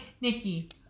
nikki